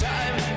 time